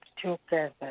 together